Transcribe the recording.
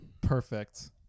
Perfect